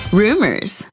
rumors